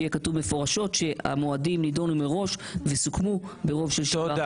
שיהיה כתוב מפורשות שהמועדים נידונו מראש וסוכמו ברוב של 61. תודה.